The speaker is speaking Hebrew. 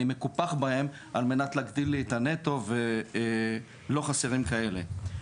מהן אני מקופח וזה על מנת להגדיל לי את הנטו ולא חסרים כאלה.